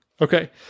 Okay